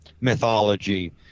mythology